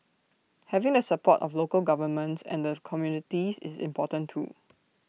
having the support of local governments and the communities is important too